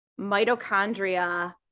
mitochondria